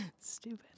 Stupid